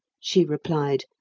she replied,